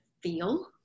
feel